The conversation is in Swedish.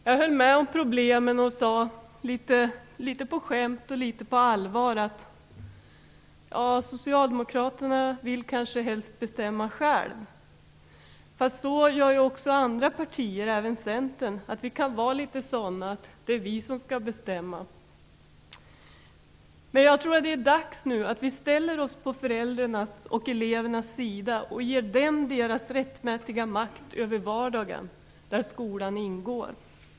Jag höll med om problemen och sade litet på skämt och litet på allvar att Socialdemokraterna kanske helst vill bestämma själva. Men så gör också andra partier, och även vi i Centern kan tycka att det är vi som skall bestämma. Men nu är det dags att vi ställer oss på föräldrarnas och elevernas sida och ger dem deras rättmätiga makt över vardagen, där skolan ingår.